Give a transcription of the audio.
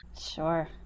Sure